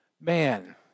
man